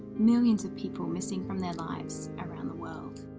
millions of people missing from their lives around the world.